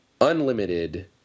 unlimited